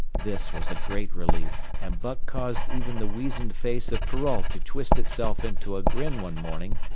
this was a great relief, and buck caused even the weazened face of perrault to twist itself into a grin one morning,